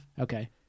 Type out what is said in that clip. Okay